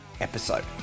episode